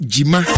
Jima